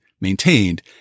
maintained